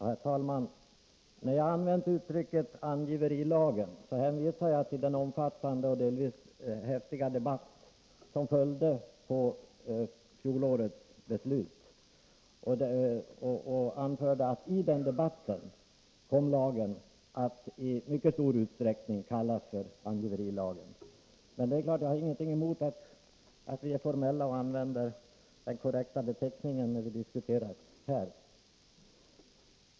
Herr talman! När jag använde uttrycket angiverilagen, hänvisade jag till den omfattande och delvis häftiga debatt som följde på fjolårets beslut och anförde att lagen i den debatten kom att i mycket stor utsträckning kallas för angiverilagen. Men jag har givetvis ingenting emot att vi är formella och använder den korrekta beteckningen, när vi diskuterar lagen.